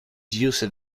used